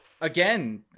again